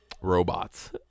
robots